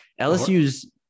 LSU's